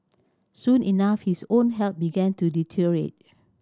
soon enough his own health began to deteriorate